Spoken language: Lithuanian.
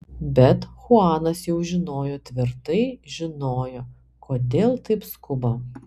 bet chuanas jau žinojo tvirtai žinojo kodėl taip skuba